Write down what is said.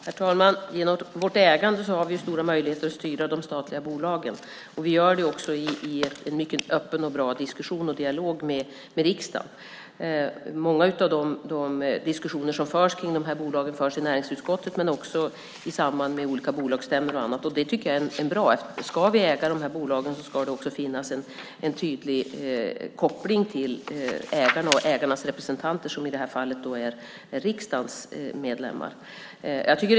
Herr talman! Genom vårt ägande har vi stora möjligheter att styra de statliga bolagen. Vi gör det också i en öppen och bra diskussion och dialog med riksdagen. Många av de diskussioner som förs om bolagen förs i näringsutskottet och också i samband med olika bolagsstämmor och annat. Det tycker jag är bra. Om vi ska äga dessa bolag ska det också finnas en tydlig koppling till ägarna och ägarnas representanter, i det här fallet riksdagens medlemmar.